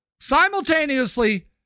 simultaneously